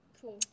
Cool